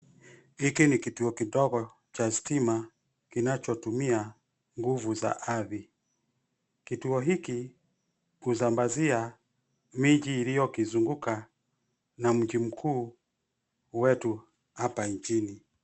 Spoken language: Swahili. Hiki ni kituo kidogo cha stima, kinachotumia nguvu za ardhi. Kituo hiki, husambazia miji iliyokizunguka, na mji mkuu wetu, hapa nchini.